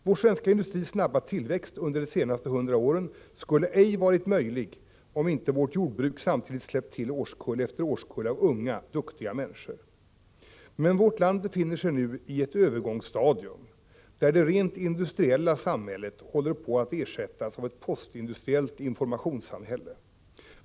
Vår svenska industris snabba tillväxt under de senaste 100 åren skulle ej ha varit möjlig, om inte vårt jordbruk samtidigt släppt till årskull efter årskull av unga, duktiga människor. Men vårt land befinner sig nu i ett övergångsstadium, där det rent industriella samhället håller på att ersättas av ett postindustriellt informationssamhälle.